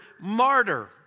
martyr